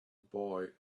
boy